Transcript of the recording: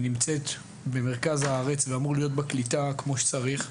נמצאת במרכז הארץ ואמור להיות בה קליטה כמו שצריך.